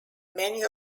many